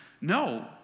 No